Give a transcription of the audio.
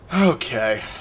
Okay